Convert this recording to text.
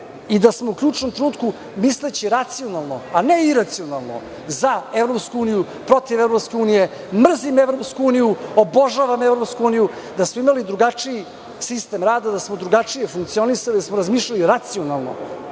Da smo u ključnom trenutku, misleći racionalno a ne iracionalno - za EU, protiv EU, mrzim EU, obožavam EU, da smo imali drugačiji sistem rada, da smo drugačije funkcionisali, da smo razmišljali racionalno